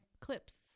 clips